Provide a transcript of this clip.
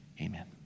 Amen